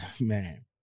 man